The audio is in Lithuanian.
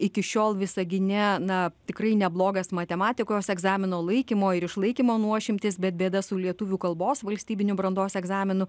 iki šiol visagine na tikrai neblogas matematikos egzamino laikymo ir išlaikymo nuošimtis bet bėda su lietuvių kalbos valstybiniu brandos egzaminu